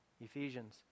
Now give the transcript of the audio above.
Ephesians